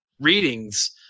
readings